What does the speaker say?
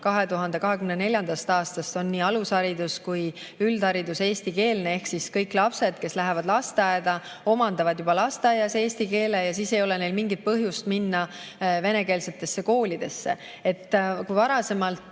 2024. aastast on nii alusharidus kui ka üldharidus eestikeelne, ehk kõik lapsed, kes lähevad lasteaeda, omandavad juba lasteaias eesti keele ja siis ei ole neil mingit põhjust minna venekeelsetesse koolidesse. Varasemalt